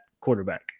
quarterback